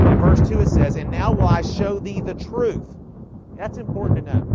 universe two it says and now will i show thee the truth that's important to note.